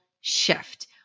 shift